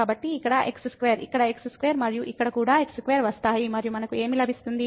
కాబట్టి ఇక్కడ x2 ఇక్కడ x2 మరియు ఇక్కడ కూడా x2 వస్తాయి మరియు మనకు ఏమి లభిస్తుంది